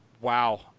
Wow